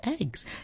eggs